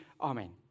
Amen